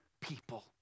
people